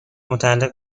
متعلق